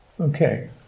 Okay